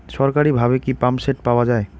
সরকারিভাবে কি পাম্পসেট পাওয়া যায়?